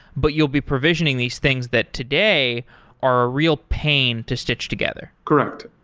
but you'll be provisioning these things that today are a real pain to stitch together correct.